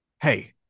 hey